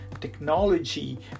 technology